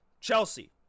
chelsea